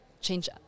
change